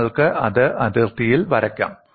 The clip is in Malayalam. നിങ്ങൾക്ക് അത് അതിർത്തിയിൽ വരയ്ക്കാം